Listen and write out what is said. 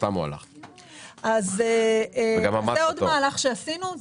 זה עוד מהלך שעשינו.